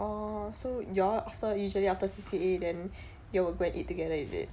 oh so you all after usually after C_C_A then you all will go and eat together is it